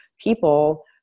people